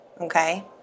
Okay